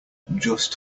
just